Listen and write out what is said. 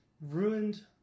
ruined